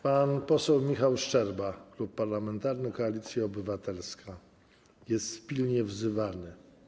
Pan poseł Michał Szczerba, Klub Parlamentarny Koalicja Obywatelska, jest pilnie wzywany.